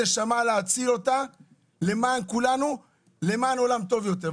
להציל עוד נשמה למען כולנו ולמען עולם טוב יותר.